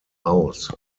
aus